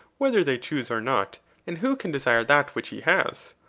whether they choose or not and who can desire that which he has?